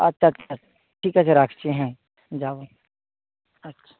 আচ্ছা আচ্ছা ঠিক আছে রাখছি হ্যাঁ যাব আচ্ছা